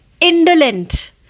indolent